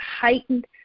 heightened